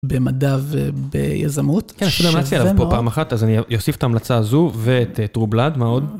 במדע וביזמות, שווה מאוד. כן, המלצתי עליו פה פעם אחת, אז אני אוסיף את המלצה הזו ואת טרו בלאד, מה עוד?